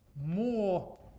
more